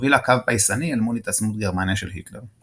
הובילה קו פייסני אל מול התעצמות גרמניה של היטלר.